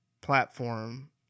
platform